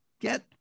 get